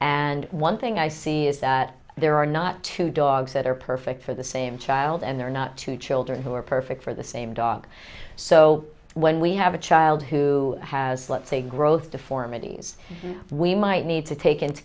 and one thing i see is that there are not two dogs that are perfect for the same child and there are not two children who are perfect for the same dog so when we have a child who has let's say growth deformities we might need to take into